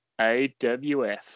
AWF